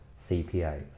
cpas